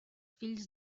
fills